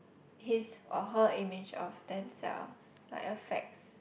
his or her image of themselves like affects